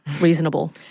reasonable